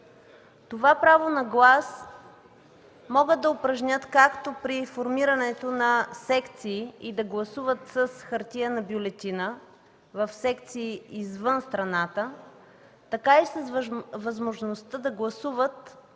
Това право на глас могат да упражнят както при формирането на секции и да гласуват с хартиена бюлетина в секции извън страната, така и с възможността да гласуват